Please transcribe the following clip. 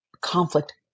conflict